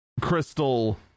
crystal